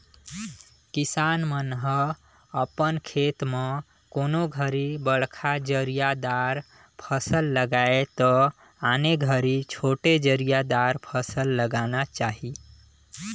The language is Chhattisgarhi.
किसान मन ह अपन खेत म कोनों घरी बड़खा जरिया दार फसल लगाये त आने घरी छोटे जरिया दार फसल लगाना चाही